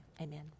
Amen